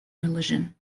religion